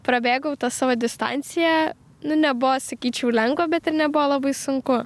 prabėgau tą savo distanciją nu nebuvo sakyčiau lengva bet ir nebuvo labai sunku